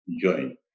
join